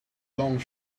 long